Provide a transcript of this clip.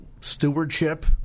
stewardship